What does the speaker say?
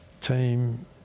team